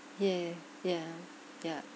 yeah yeah ya